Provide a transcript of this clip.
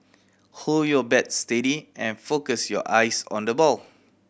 hold your bat steady and focus your eyes on the ball